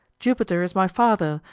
jupiter is my father,